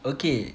okay